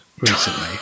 recently